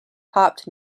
hopped